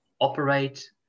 operate